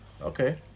Okay